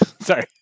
Sorry